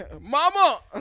Mama